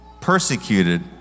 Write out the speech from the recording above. persecuted